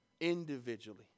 individually